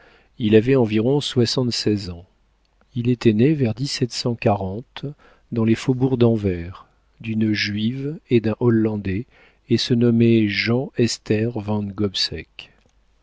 il avait environ soixante-seize ans il était né vers dans les faubourgs d'anvers d'une juive et d'un hollandais et se nommait jean esther van